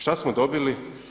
Što smo dobili?